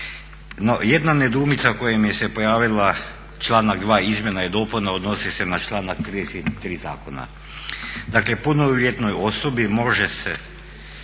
jedna nedoumica koja mi se pojavila članak 2. izmjena i dopuna odnosi se na članak 33.zakona "Dakle punoljetnoj osobi može se